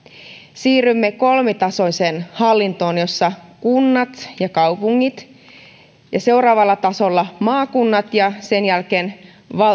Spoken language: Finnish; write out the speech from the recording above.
siirrymme kolmitasoiseen hallintoon jossa kunnat ja kaupungit seuraavalla tasolla maakunnat ja sen jälkeen